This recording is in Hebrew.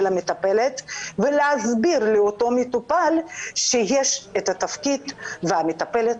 המטפלת ולהסביר לאותו מטופל שיש את התפקיד והמטפלת